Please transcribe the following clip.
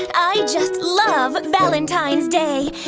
and i just love valentine's day.